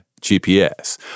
gps